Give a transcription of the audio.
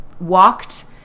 walked